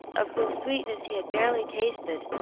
of whose sweetness he had barely tasted,